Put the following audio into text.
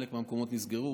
חלק מהמקומות נסגרו,